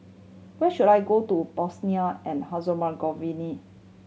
where should I go to Bosnia and Herzegovina